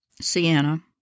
Sienna